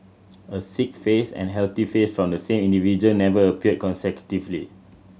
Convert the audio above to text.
a sick face and healthy face from the same individual never appeared consecutively